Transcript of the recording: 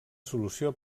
solució